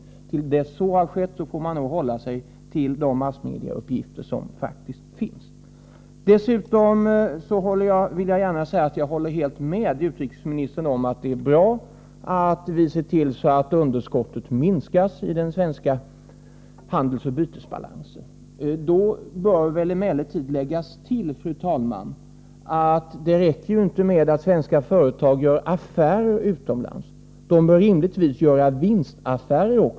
Till dess att så har skett får man nog hålla sig till de massmediauppgifter som faktiskt finns. Dessutom vill jag gärna säga att jag helt håller med utrikesministern om att det är bra att vi ser till att underskottet minskas i den svenska handelsoch bytesbalansen. Då bör emellertid läggas till, fru talman, att det inte räcker att svenska företag gör affärer utomlands — de bör rimligtvis också göra vinstaffärer.